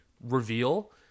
reveal